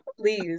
Please